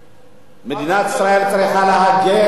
מדינת ישראל צריכה להגן על עצמה.